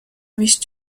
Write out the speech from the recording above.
vist